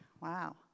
Wow